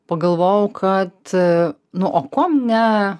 pagalvojau kad nu o kuom ne